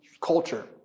culture